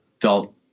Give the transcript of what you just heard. felt